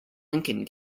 lincoln